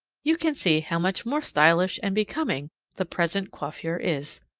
you can see how much more stylish and becoming the present coiffure is.